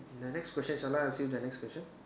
the next question shall I ask you the next question